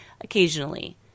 occasionally